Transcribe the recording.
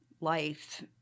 life